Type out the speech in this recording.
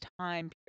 time